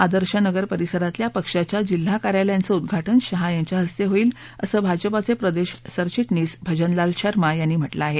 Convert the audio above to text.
आर्दश नगर परिसरातल्या पक्षाच्या जिल्हा कार्यालयांचं उद्घाटन शाह यांच्या हस्ते होईल असं भाजपाचे प्रदेश सरघिटणीस भजनलाल शर्मा यांनी म्हटलं आहे